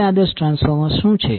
હવે આદર્શ ટ્રાન્સફોર્મર શું છે